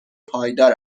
پایدار